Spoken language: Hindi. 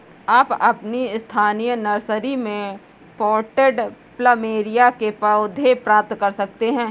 आप अपनी स्थानीय नर्सरी में पॉटेड प्लमेरिया के पौधे प्राप्त कर सकते है